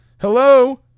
hello